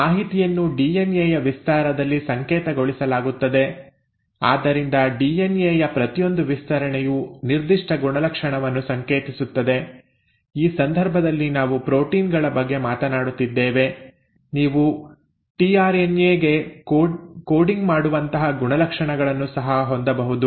ಆ ಮಾಹಿತಿಯನ್ನು ಡಿಎನ್ಎ ಯ ವಿಸ್ತಾರದಲ್ಲಿ ಸಂಕೇತಗೊಳಿಸಲಾಗುತ್ತದೆ ಆದ್ದರಿಂದ ಡಿಎನ್ಎ ಯ ಪ್ರತಿಯೊಂದು ವಿಸ್ತರಣೆಯು ನಿರ್ದಿಷ್ಟ ಗುಣಲಕ್ಷಣವನ್ನು ಸಂಕೇತಿಸುತ್ತದೆ ಈ ಸಂದರ್ಭದಲ್ಲಿ ನಾವು ಪ್ರೋಟೀನ್ ಗಳ ಬಗ್ಗೆ ಮಾತನಾಡುತ್ತಿದ್ದೇವೆ ನೀವು ಟಿಆರ್ಎನ್ಎ ಗೆ ಕೋಡಿಂಗ್ ಮಾಡುವಂತಹ ಗುಣಲಕ್ಷಣಗಳನ್ನು ಸಹ ಹೊಂದಬಹುದು